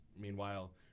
Meanwhile